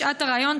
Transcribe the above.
בשעת הריאיון,